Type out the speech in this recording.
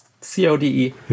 C-O-D-E